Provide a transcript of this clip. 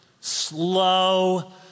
slow